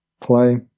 play